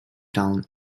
town